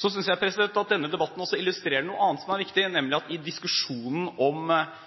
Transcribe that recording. Så synes jeg at denne debatten også illustrerer noe annet som er viktig, nemlig at i diskusjonen om